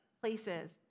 places